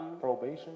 probation